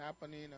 happening